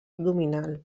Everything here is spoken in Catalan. abdominal